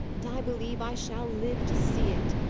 and i believe i shall live to see it!